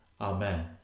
Amen